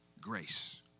grace